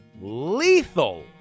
lethal